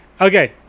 Okay